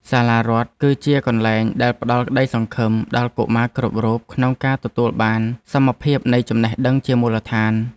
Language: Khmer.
សាលារដ្ឋគឺជាកន្លែងដែលផ្តល់ក្តីសង្ឃឹមដល់កុមារគ្រប់រូបក្នុងការទទួលបានសមភាពនៃចំណេះដឹងជាមូលដ្ឋាន។